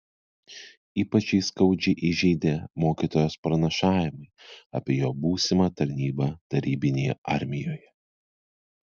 ypač jį skaudžiai įžeidė mokytojos pranašavimai apie jo būsimą tarnybą tarybinėje armijoje